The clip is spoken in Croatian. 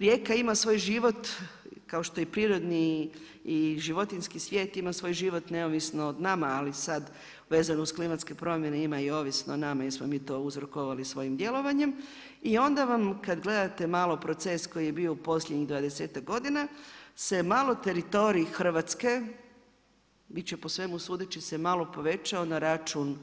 Rijeka ima svoju život, kao što prirodni i životinjski svijet ima svoj život neovisno o nama, ali sad vezano uz klimatske promjene, ima i ovisno o nama jer smo mi to uzrokovali svojim djelovanjem i onda vam, kad gledate malo proces koji je bio u posljednjih 20-tak godina, se malo teritorij Hrvatske, di će po svemu sudeći se malo povećao na račun